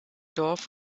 dorf